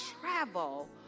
travel